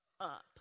up